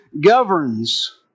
governs